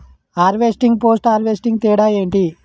Harvesting, post harvesting తేడా ఏంటి?